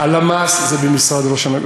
הלמ"ס זה במשרד ראש הממשלה.